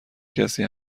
کسی